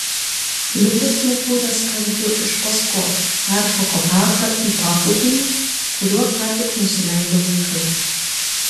liudas nukūrė skardžiu iš paskos peršoko taką į paplūdimį kuriuo ką tik nusileido vaikai